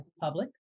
public